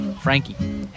Frankie